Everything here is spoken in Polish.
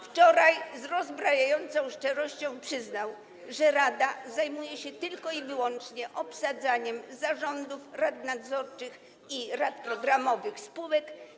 Wczoraj z rozbrajającą szczerością przyznał, że rada zajmuje się tylko i wyłącznie obsadzaniem zarządów, rad nadzorczych i rad programowych spółek.